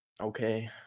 Okay